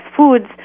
foods